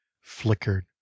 flickered